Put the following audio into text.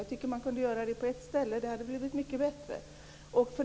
Jag tycker att man kunde göra det på ett ställe. Det hade varit mycket bättre.